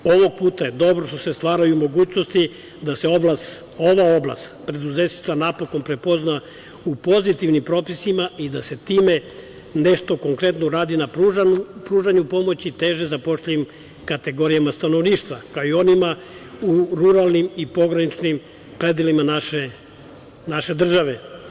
Ovog puta je dobro što se stvaraju mogućnost da se ova oblast preduzetništva napokon prepozna u pozitivnim propisima i da se time nešto konkretno uradi na pružanju pomoći teže zapošljivim kategorijama stanovništva, kao i onima u ruralnim i pograničnim krajevima naše države.